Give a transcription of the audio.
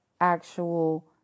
actual